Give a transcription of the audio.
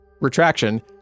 retraction